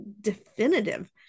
definitive